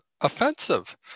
offensive